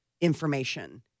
information